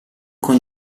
con